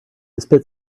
spit